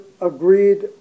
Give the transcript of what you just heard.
agreed